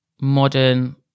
modern